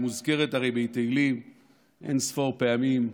היא הרי מוזכרת בתהילים אין-ספור פעמים,